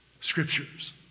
scriptures